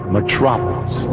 Metropolis